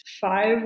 five